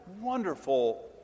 wonderful